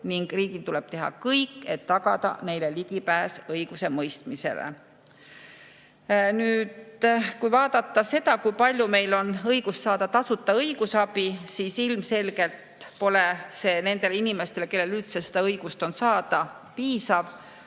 ning riigil tuleb teha kõik, et tagada neile ligipääs õigusemõistmisele. Kui vaadata seda, kui palju meil on õigust saada tasuta õigusabi, siis on näha, et ilmselgelt pole see nendele inimestele, kellel üldse on õigus seda saada, piisav.